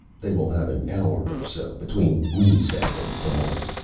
they will have an hour or so, between moonset and dawn.